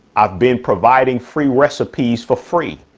i've been providing free recipes for free.